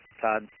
Todd